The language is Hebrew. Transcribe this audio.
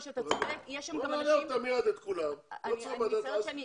בואו נעלה מייד את כולם, לא צריך ועדת חריגים.